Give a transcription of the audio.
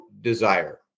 desire